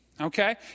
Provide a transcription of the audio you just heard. Okay